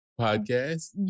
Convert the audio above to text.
Podcast